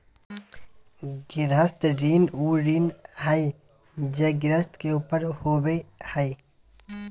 गृहस्थ ऋण उ ऋण हइ जे गृहस्थ के ऊपर होबो हइ